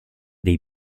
dei